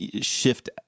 shift